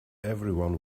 everyone